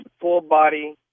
full-body